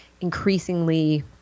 increasingly